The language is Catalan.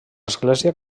església